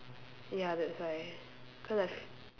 ya that's why cause I've